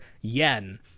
yen